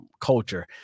culture